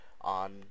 on